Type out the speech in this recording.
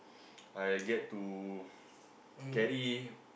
I get to carry